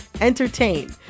entertain